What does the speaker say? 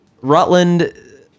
rutland